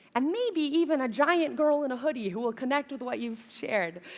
and maybe even a giant girl in a hoodie who will connect with what you've shared.